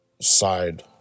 side